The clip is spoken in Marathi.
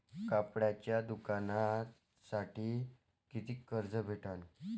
कापडाच्या दुकानासाठी कितीक कर्ज भेटन?